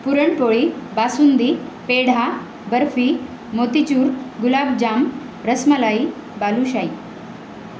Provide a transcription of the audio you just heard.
puran poli basundi peda barfi motichoor gulab jam rasmalai balushahi